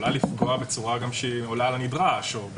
יכולה לפגוע בצורה שעולה על הנדרש.